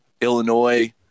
Illinois